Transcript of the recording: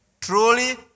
Truly